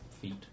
feet